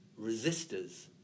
resistors